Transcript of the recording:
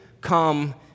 come